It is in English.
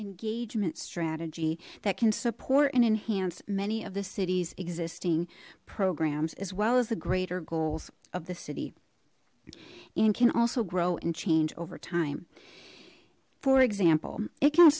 engagement strategy that can support and enhance many of the city's existing programs as well as the greater goals of the city and can also grow and change over time for example it